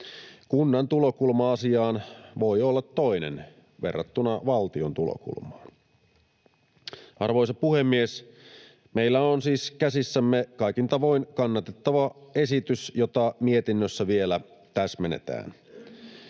Kunnan tulokulma asiaan voi olla toinen verrattuna valtion tulokulmaan. Arvoisa puhemies! Meillä on siis käsissämme kaikin tavoin kannatettava esitys, jota mietinnössä vielä täsmennetään.